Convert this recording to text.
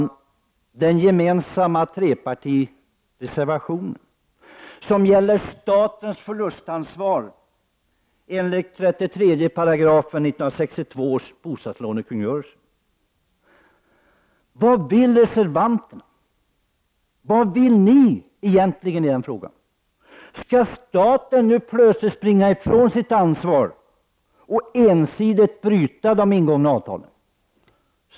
Det finns en gemensam borgerlig trepartireservation som gäller statens förlustansvar enligt 33 §, 1962 års bostadslånekungörelse. Vad vill reservanterna? Vad vill ni egentligen med den frågan? Skall staten plötsligt springa ifrån sitt ansvar och ensidigt bryta de ingångna avtalen?